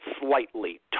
slightly